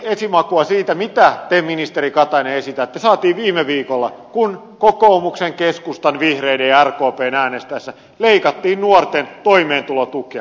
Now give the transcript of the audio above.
esimakua siitä mitä te ministeri katainen esitätte saatiin viime viikolla kun kokoomuksen keskustan vihreiden ja rkpn äänestäessä leikattiin nuorten toimeentulotukea